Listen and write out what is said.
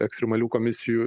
ekstremalių komisijų